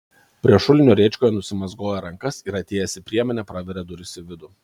prie šulinio rėčkoje nusimazgoja rankas ir atėjęs į priemenę praveria duris į vidų